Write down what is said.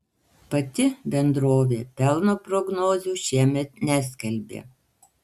pati bendrovė pelno prognozių šiemet neskelbė